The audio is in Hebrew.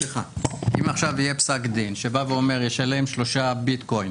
אם עכשיו יהיה פסק דין שבא ואומר ישלם שלושה ביטקוין